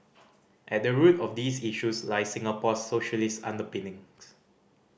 at the root of these issues lie Singapore's socialist underpinnings